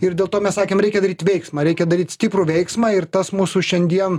ir dėl to mes sakėm reikia daryt veiksmą reikia daryt stiprų veiksmą ir tas mūsų šiandien